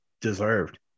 deserved